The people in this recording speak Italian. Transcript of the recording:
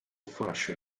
fascio